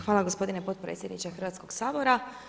Hvala gospodine potpredsjedniče Hrvatskoga sabora.